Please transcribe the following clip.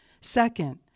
second